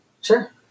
Sure